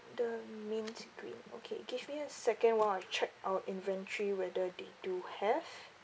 the mint green okay give me a second while I check our inventory whether they do have